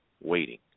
waiting